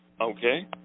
Okay